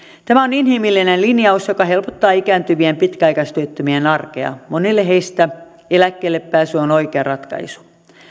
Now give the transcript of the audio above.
tämä on inhimillinen linjaus joka helpottaa ikääntyvien pitkäaikaistyöttömien arkea monelle heistä eläkkeellepääsy on oikea ratkaisu